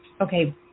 Okay